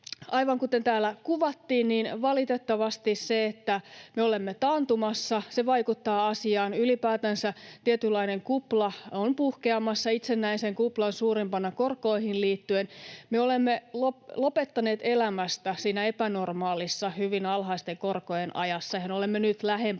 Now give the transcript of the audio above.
Aivan kuten täällä kuvattiin, niin valitettavasti se, että me olemme taantumassa, vaikuttaa asiaan. Ylipäätänsä tietynlainen kupla on puhkeamassa, itse näen sen kuplan suurimpana korkoihin liittyen. Me olemme lopettaneet elämästä siinä epänormaalissa, hyvin alhaisten korkojen ajassa — mehän olemme nyt lähempänä